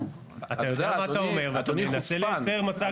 אתה יודע מה אתה אומר ואתה מנסה לייצר מצג שווא.